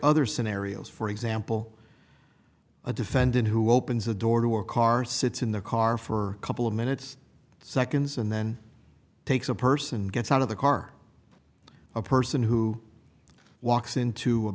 other scenarios for example a defendant who opens a door to a car sits in the car for a couple of minutes seconds and then takes a person gets out of the car a person who walks into a